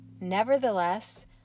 nevertheless